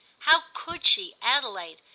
how could she, adelaide,